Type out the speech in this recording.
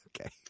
Okay